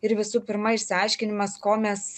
ir visų pirma išsiaiškinimas ko mes